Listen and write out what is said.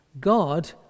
God